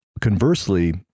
conversely